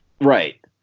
Right